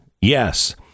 Yes